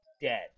dead